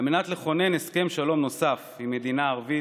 על מנת לכונן הסכם שלום נוסף עם מדינה ערבית,